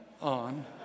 on